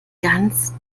ganz